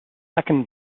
second